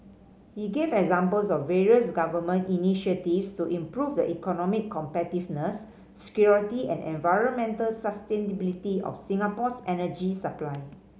he gave examples of various Government initiatives to improve the economic competitiveness security and environmental sustainability of Singapore's energy supply